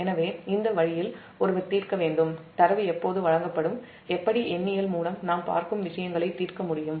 எனவே இந்த வழியில் ஒருவர் தீர்க்கவேண்டும் டேட்டா எப்போது வழங்கப்படும் எப்படி எண்ணியல் மூலம் நாம் பார்க்கும் விஷயங்களை தீர்க்க முடியும்